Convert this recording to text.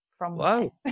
Wow